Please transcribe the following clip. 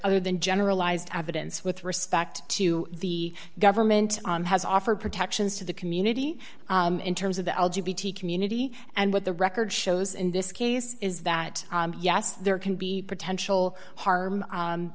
other than generalized evidence with respect to the government has offered protections to the community in terms of the algae bt community and what the record shows in this case is that yes there can be potential harm